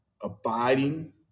abiding